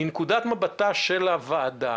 מנקודת מבטה של הוועדה,